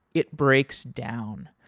it breaks down.